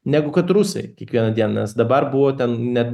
negu kad rusai kiekvieną dieną nes dabar buvo ten net